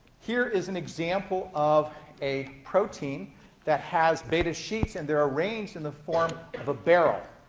here is an example of a protein that has beta sheets, and they're arranged in the form of a barrel.